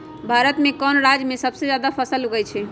भारत में कौन राज में सबसे जादा फसल उगई छई?